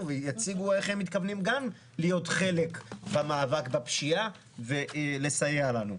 ויציגו איך הם מתכוונים גם להיות חלק במאבק בפשיעה ולסייע לנו.